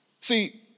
See